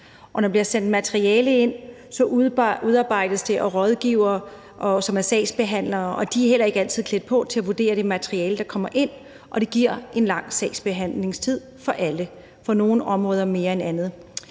og når der bliver sendt materiale ind, udarbejdes det af rådgivere, som er sagsbehandlere, og de er heller ikke altid klædt på til at vurdere det materiale, der kommer ind, og det giver en lang sagsbehandlingstid for alle – for nogle områder mere end andre.